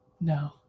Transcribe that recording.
no